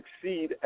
succeed